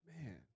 Man